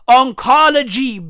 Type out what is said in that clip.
oncology